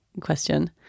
question